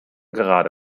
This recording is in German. gerade